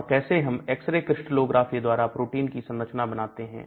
और कैसे हम एक्स रे क्रिस्टलोग्राफी द्वारा प्रोटीन की संरचना जानते हैं